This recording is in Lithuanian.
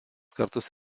kartus